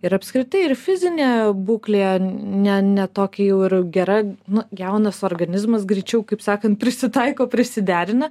ir apskritai ir fizinė būklė ne ne tokia jau ir gera nu jaunas organizmas greičiau kaip sakant prisitaiko prisiderina